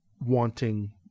wanting